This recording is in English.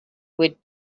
would